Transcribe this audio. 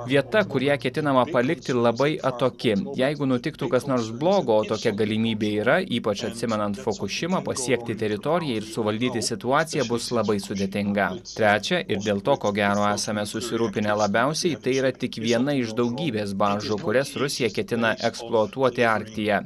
vieta kur ją ketinama palikti labai atoki jeigu nutiktų kas nors blogo o tokia galimybė yra ypač atsimenant fokušimą pasiekti teritoriją ir suvaldyti situaciją bus labai sudėtinga trečia ir dėl to ko gero esame susirūpinę labiausiai tai yra tik viena iš daugybės baržų kurias rusija ketina eksploatuoti arktyje